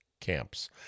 camps